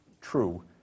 true